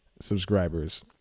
subscribers